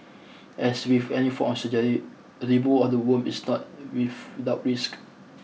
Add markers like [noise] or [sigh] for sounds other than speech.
as with any form of surgery removal of the womb is not [unintelligible] without risks